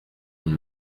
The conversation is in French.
une